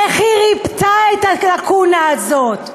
איך היא ריפאה את הלקונה הזאת?